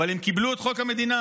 אבל הם קיבלו את חוק המדינה,